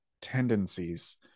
tendencies